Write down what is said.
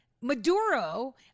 Maduro